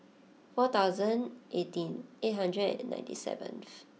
four thousand eighteen eight hundred and ninety seventh